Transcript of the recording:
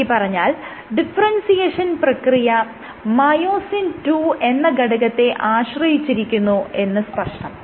ചുരുക്കിപ്പറഞ്ഞാൽ ഡിഫറെൻസിയേഷൻ പ്രക്രിയ myosin II എന്ന ഘടകത്തെ ആശ്രയിച്ചിരിക്കുന്നു എന്ന് സ്പഷ്ടം